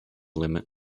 limit